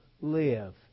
live